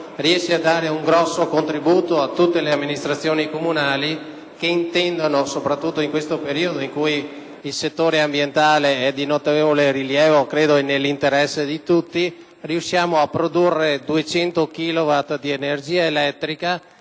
riesce a dare un grosso contributo a tutte le amministrazioni comunali. In questo particolare periodo in cui il settore ambientale edi notevole rilievo e nell’interesse di tutti si riescono a produrre 200 chilowatt di energia elettrica